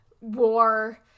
war